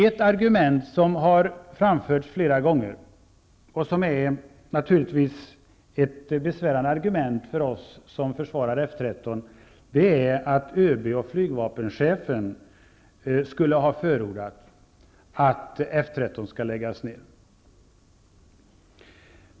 Ett argument som har framförts flera gånger och som naturligtvis är besvärande för oss som försvarar F 13, är att ÖB och flygvapenchefen skulle ha förordat att F 13 skall läggas ned.